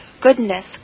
goodness